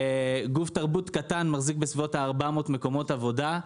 גוף תרבות קטן מחזיק בסביבות ה-400 מקומות עבודה,